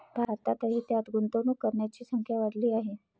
भारतातही त्यात गुंतवणूक करणाऱ्यांची संख्या वाढली आहे